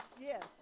yes